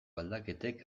aldaketek